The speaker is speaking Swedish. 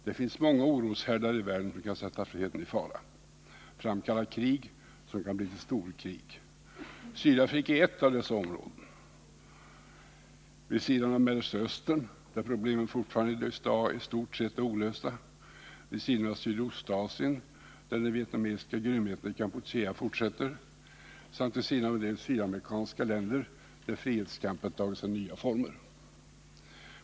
Det finns många andra oroshärdar i världen som kan sätta freden i fara, framkalla krig, som kan bli till storkrig. Sydafrika är ett av dessa områden, vid sidan av Mellersta Östern, där problemen fortfarande i stort sett är olösta, vid sidan av Sydostasien, där de vietnamesiska grymheterna i Kampuchea fortsätter, och vid sidan av en del sydamerikanska länder, där frihetskampen tagit sig nya former.